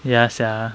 ya sia